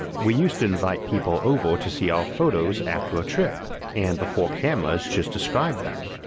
we used to invite people over to see our photos after a trip, and before cameras just describe them,